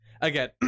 Again